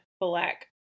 black